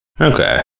Okay